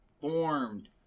formed